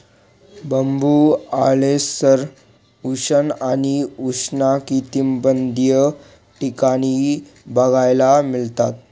बांबू ओलसर, उष्ण आणि उष्णकटिबंधीय ठिकाणी बघायला मिळतात